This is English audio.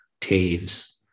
Taves